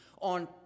on